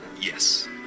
yes